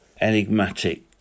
enigmatic